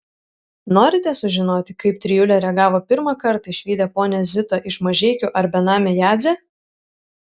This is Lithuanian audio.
norite sužinoti kaip trijulė reagavo pirmą kartą išvydę ponią zitą iš mažeikių ar benamę jadzę